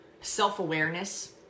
self-awareness